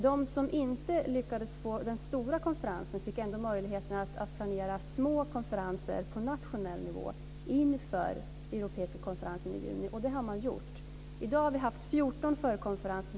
De som inte lyckades få den stora konferensen fick ändå möjligheten att planera små konferenser på nationell nivå inför den europeiska konferensen i juni, och det har man gjort. I dag har vi haft 14 förkonferenser.